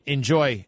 Enjoy